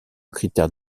critères